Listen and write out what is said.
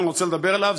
שאני רוצה לדבר עליו,